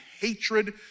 hatred